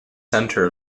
centre